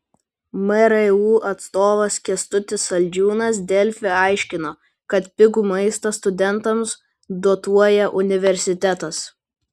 mru atstovas kęstutis saldžiūnas delfi aiškino kad pigų maistą studentams dotuoja universitetas